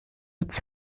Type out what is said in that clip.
its